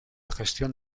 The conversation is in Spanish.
gestión